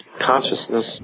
consciousness